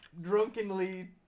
drunkenly